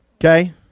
Okay